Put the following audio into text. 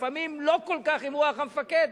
לפעמים לא כל כך עם רוח המפקד,